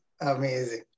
Amazing